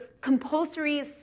compulsory